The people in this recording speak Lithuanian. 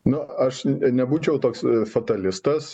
nu aš nebūčiau toks fatalistas